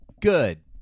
Good